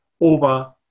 over